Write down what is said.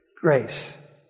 Grace